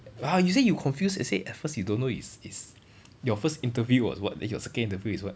!huh! you say you confused you say at first you don't know is is your first interview was what then your second interview is what